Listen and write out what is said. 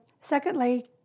secondly